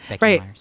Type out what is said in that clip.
Right